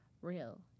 real